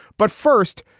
but first,